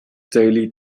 daily